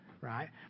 right